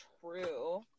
true